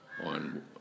on